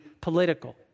political